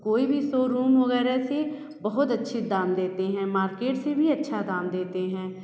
कोई भी शोरूम वगैरह से बहुत अच्छे दाम देते हैं मार्केट से भी अच्छा दाम देते हैं